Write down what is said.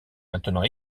maintenant